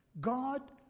God